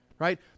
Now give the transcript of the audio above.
right